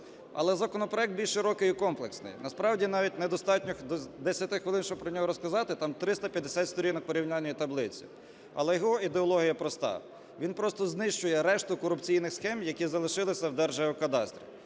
Але законопроект більш широкий і комплексний. Насправді, навіть недостатньо 10 хвилин, щоб про нього розказати, там 350 сторінок порівняльної таблиці. Але його ідеологія проста. Він прости знищує решту корупційних схем, які залишились в Держгеокадастрі.